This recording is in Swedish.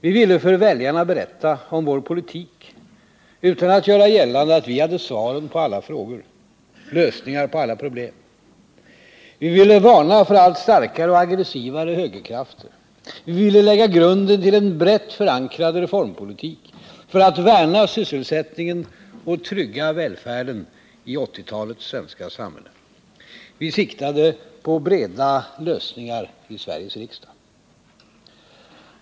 Vi ville för väljarna berätta om vår politik utan att göra gällande att vi hade svaren på alla frågor, lösningarna på alla problem. Vi ville varna för allt starkare och aggressivare högerkrafter. Vi ville lägga grunden till en brett förankrad reformpolitik för att värna sysselsättningen och trygga välfärden i 1980-talets svenska samhälle. Vi siktade på breda lösningar i Sveriges riksdag.